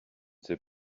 sais